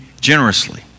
generously